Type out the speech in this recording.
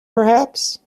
perhaps